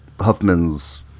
Huffman's